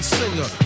singer